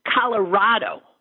Colorado